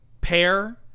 pair